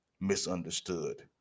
misunderstood